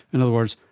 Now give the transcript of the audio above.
in other words,